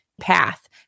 path